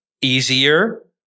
easier